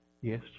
yes